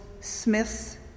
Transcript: Smith's